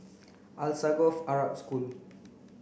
Alsagoff Arab School